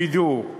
בידוק,